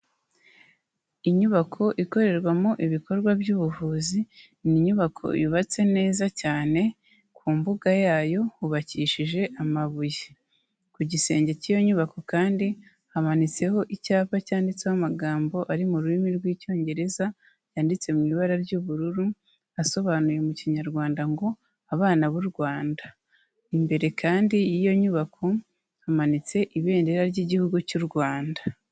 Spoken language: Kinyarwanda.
Inyubako ikorerwamo ibikorwa by'ubuvuzi, ni inyubako yubatse neza cyane ku mbuga yayo hubakishije amabuye, ku gisenge cy'iyo nyubako kandi hamanitseho icyapa cyanditseho amagambo ari mu rurimi rw'Icyongereza yanditse mu ibara ry'ubururu, asobanuye mu Kinyarwanda ngo abana b'u Rwanda. Imbere kandi y'iyo nyubako hamanitse ibendera ry'Igihugu cy'u Rwanda.